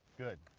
good.